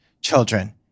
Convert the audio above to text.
children